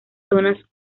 zonas